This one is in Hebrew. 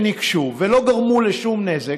שניגשו ולא גרמו לשום נזק,